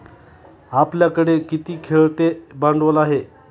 आपल्याकडे किती खेळते भांडवल आहे?